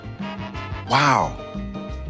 Wow